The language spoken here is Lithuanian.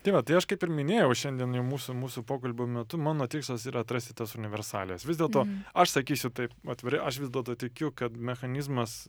tai va tai aš kaip ir minėjau šiandien jau mūsų mūsų pokalbio metu mano tikslas yra atrasti tas universalijas vis dėlto aš sakysiu taip atvirai aš vis dėlto tikiu kad mechanizmas